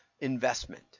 investment